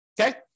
okay